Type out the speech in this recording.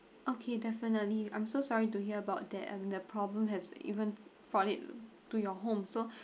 okay definitely I'm so sorry to hear about that and the problem has even found it to your home so